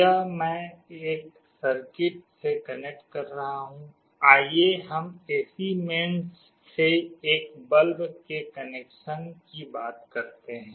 यह मैं एक सर्किट से कनेक्ट कर रहा हूं आइए हम AC मेन्स से एक बल्ब के कनेक्शन की बात करते हैं